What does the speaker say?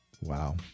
Wow